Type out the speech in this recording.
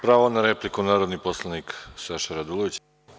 Pravo na repliku, narodni poslanik Saša Radulović.